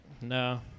No